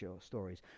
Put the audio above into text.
Stories